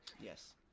Yes